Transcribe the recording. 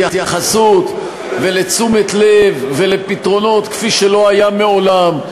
להתייחסות ולתשומת לב ולפתרונות כפי שלא היו מעולם,